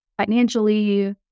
financially